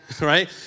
right